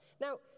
Now